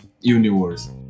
universe